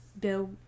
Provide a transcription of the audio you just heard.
Bill